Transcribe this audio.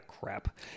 crap